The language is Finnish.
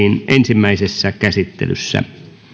ensimmäisessä käsittelyssä